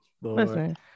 Listen